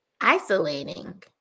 isolating